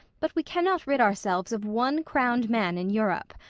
but we cannot rid ourselves of one crowned man in europe!